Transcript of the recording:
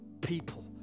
people